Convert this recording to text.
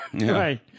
Right